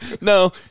No